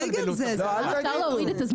זמן.